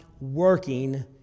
working